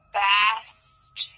best